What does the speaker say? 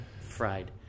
Fried